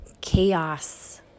chaos